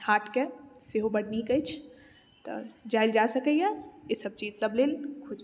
हाट के सेहो बड नीक अछि तऽ जायल जा सकैया ई सब चीजसब लेल खुजल अछि